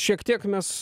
šiek tiek mes